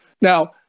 Now